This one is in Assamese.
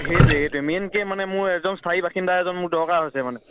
সেইটোৱে সেইটোৱে মেইনকৈ মানে মোৰ এজন স্থায়ী বাসিন্দা এজন মোৰ দৰকাৰ হৈছে মানে